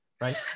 right